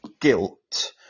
guilt